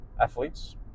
athletes